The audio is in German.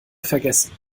vergessen